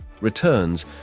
returns